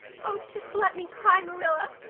oh, just let me cry, marilla,